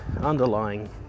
underlying